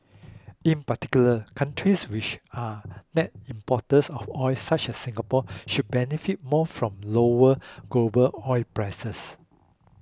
in particular countries which are net importers of oil such as Singapore should benefit more from lower global oil prices